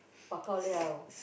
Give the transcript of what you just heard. bao ka liao